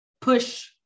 push